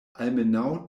almenaŭ